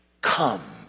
come